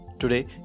Today